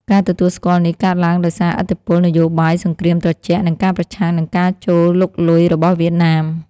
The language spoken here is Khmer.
ការទទួលស្គាល់នេះកើតឡើងដោយសារឥទ្ធិពលនយោបាយសង្គ្រាមត្រជាក់ និងការប្រឆាំងនឹងការចូលលុកលុយរបស់វៀតណាម។